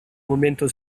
momento